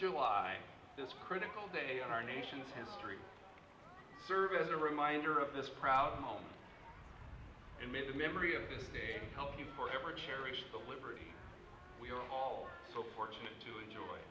july this critical day on our nation's history serve as a reminder of this proud moment and may the memory of the day help you for ever cherish the liberty we are all so fortunate to enjoy